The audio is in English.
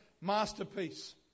masterpiece